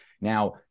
Now